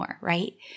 right